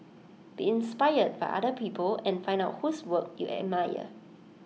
be inspired by other people and find out whose work you admire